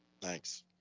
Thanks